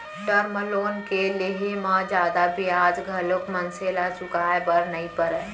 term loan के लेहे म जादा बियाज घलोक मनसे ल चुकाय बर नइ परय